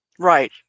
Right